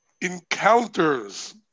encounters